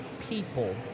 people